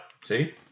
See